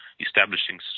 establishing